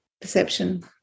perception